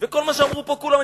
וכל מה שאמרו פה כולם?